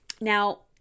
Now